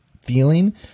feeling